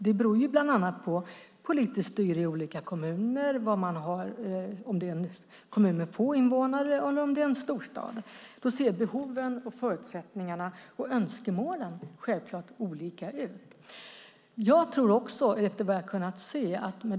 Det beror bland annat på politiskt styre i kommunerna och om det är en kommun med få invånare eller om det är en storstad. Behoven, förutsättningarna och önskemålen ser naturligtvis olika ut.